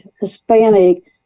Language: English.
Hispanic